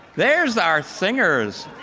there's our singers.